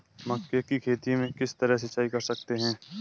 मक्के की खेती में किस तरह सिंचाई कर सकते हैं?